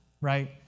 right